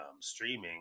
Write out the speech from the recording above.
streaming